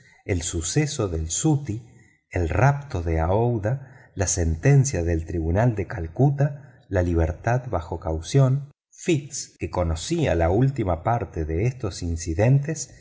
el suceso del sutty el rapto de aouida la sentencia del tribunal de calcuta la libertad bajo caución fix que conocía la última parte de estos incidentes